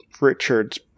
Richards